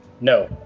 no